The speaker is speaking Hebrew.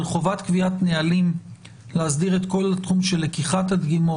אבל חובת קביעת נהלים להסדיר את כל התחום של לקיחת הדגימות,